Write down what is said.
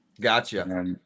Gotcha